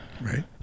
right